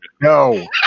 No